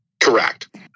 Correct